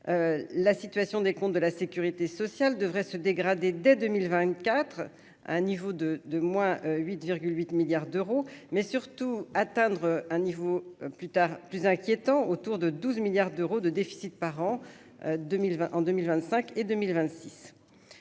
la situation des comptes de la Sécurité Sociale devrait se dégrader dès 2000 24 à un niveau de de moins 8 8 milliards d'euros mais surtout atteindre un niveau plus tard plus inquiétant autour de 12 milliards d'euros de déficit par an 2020 en 2025 et 2026